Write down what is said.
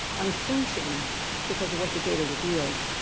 unflinching because of what the data revealed,